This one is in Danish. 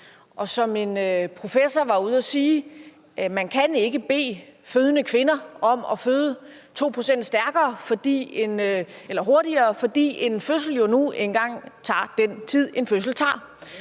som en professor var ude at sige, kan man ikke bede fødende kvinder om at føde 2 pct. hurtigere, fordi en fødsel nu engang tager den tid, en fødsel tager.